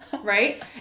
right